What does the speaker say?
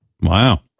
Wow